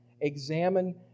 Examine